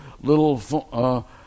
little